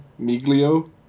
Miglio